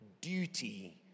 duty